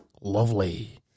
Lovely